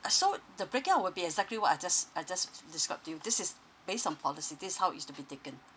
uh so the breaking out will be exactly what I just I just describe to you this is based on policy this is how is to be taken